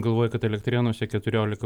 galvoje kad elektrėnuose keturiolika